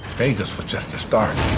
vegas was just the start.